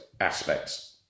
aspects